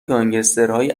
گانگسترهای